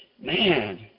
man